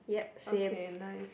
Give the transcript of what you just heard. okay nice